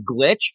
glitch